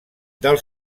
del